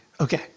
Okay